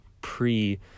pre